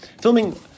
Filming